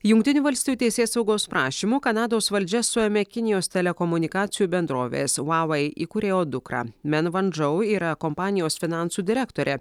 jungtinių valstijų teisėsaugos prašymu kanados valdžia suėmė kinijos telekomunikacijų bendrovės va vai įkūrėjo dukrą men van džou yra kompanijos finansų direktorė